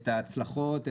את ההצלחות,